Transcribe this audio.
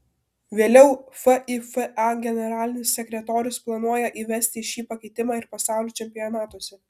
vėliau fifa generalinis sekretorius planuoja įvesti šį pakeitimą ir pasaulio čempionatuose